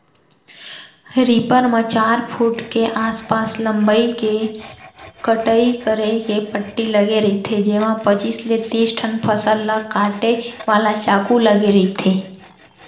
reaper म चार foot के आसपास लंबई के कटई करे के पट्टी लगे रहिथे जेमा पचीस ले तिस ठन फसल ल काटे वाला चाकू लगे रहिथे